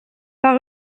par